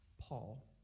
Paul